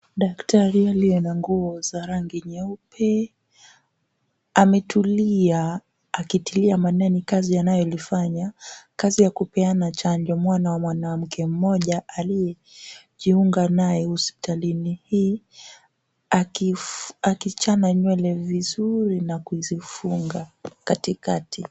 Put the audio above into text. Daktari aliye na nguo za rangi nyeupe ametulia akitilia maanani kazi anayolifanya, kazi ya kupeana chanjo. Mwana wa mwanamke mmoja aliyejiunga naye hospitalini hii akichana nywele vizuri na kuzifunga katikati.